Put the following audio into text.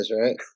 right